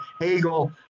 hegel